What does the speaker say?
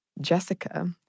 Jessica